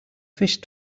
fish